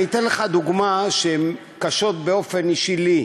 אני אתן לך דוגמה שקשורה באופן אישי לי.